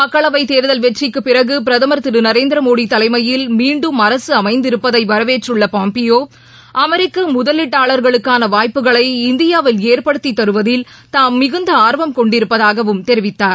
மக்களவைதேர்தல் நரேந்திரமோடிதலைமையில் மீன்டும் அரசுஅமைந்திருப்பதைவரவேற்றுள்ளபாம்பியோஅமெரிக்கமுதலீட்டாளர்களுக்கானவாய்ப்புகளை இந்தியாவில் ஏற்படுத்திதருவதில் தாம் மிகுந்தஆர்வம் கொண்டிருப்பதாகவும் தெரிவித்தார்